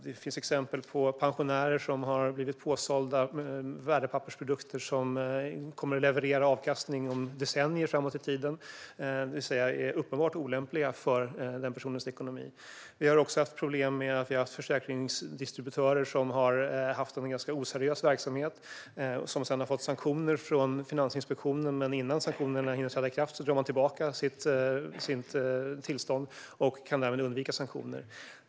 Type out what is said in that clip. Det finns exempel på pensionärer som har blivit påsålda värdepappersprodukter som kommer att leverera avkastning om decennier framåt i tiden och alltså är uppenbart olämpliga för de personernas ekonomi. Vi har också haft problem med försäkringsdistributörer som har haft en ganska oseriös verksamhet och har fått sanktioner från Finansinspektionen, men innan sanktionerna hunnit träda i kraft drar man tillbaka sitt tillstånd och kan därmed undvika dem.